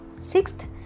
sixth